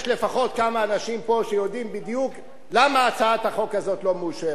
יש לפחות כמה אנשים פה שיודעים בדיוק למה הצעת החוק הזאת לא מאושרת.